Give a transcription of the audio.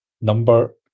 number